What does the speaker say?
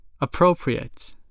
Appropriate